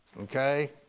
okay